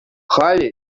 халӗ